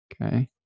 Okay